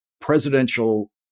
presidential